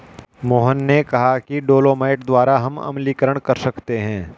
मोहन ने कहा कि डोलोमाइट द्वारा हम अम्लीकरण कर सकते हैं